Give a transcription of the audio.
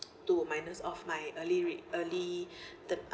to minus off my early early